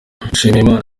nshimiyimana